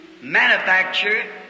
manufacture